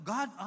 God